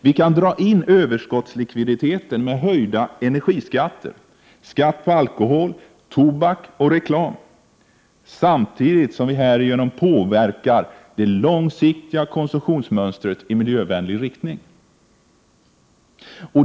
Vi kan dra in överskottslikviditeten med höjda energiskatter, skatt på alkohol, tobak och reklam samtidigt som vi härigenom påverkar det långsiktiga konsumtionsmönstret i miljövänlig riktning.